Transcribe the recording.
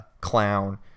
clown